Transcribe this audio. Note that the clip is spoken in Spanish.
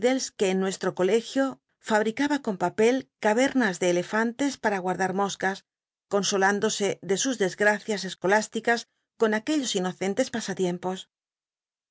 que en nnesl o colegio fabril'aha con papel cavernas de ejerantes pam gu ii'clat moscas consol indose de sus desgracias escollisticas con aquellos inocentes pa